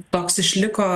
toks išliko